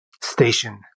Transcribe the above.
station